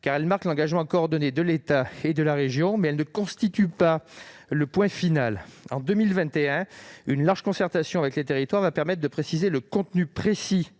étape, marquant l'engagement coordonné de l'État et de la région. Il n'est pas un point final. En 2021, une large concertation avec les territoires permettra de préciser le contenu du